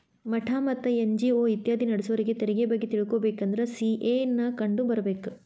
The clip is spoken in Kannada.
ಮಠಾ ಮತ್ತ ಎನ್.ಜಿ.ಒ ಇತ್ಯಾದಿ ನಡ್ಸೋರಿಗೆ ತೆರಿಗೆ ಬಗ್ಗೆ ತಿಳಕೊಬೇಕಂದ್ರ ಸಿ.ಎ ನ್ನ ಕಂಡು ಬರ್ಬೇಕ